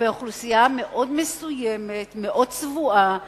כלפי אוכלוסייה מאוד מסוימת, מאוד צבועה,